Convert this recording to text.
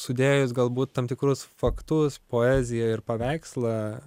sudėjus galbūt tam tikrus faktus poeziją ir paveikslą